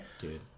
Dude